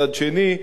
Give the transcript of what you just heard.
מצד שני,